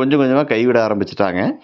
கொஞ்சம் கொஞ்சமாக கைவிட ஆரம்பிச்சுட்டாங்க